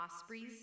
ospreys